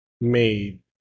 made